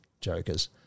jokers